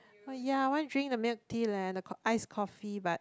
oh ya want drink the milk tea leh the iced coffee but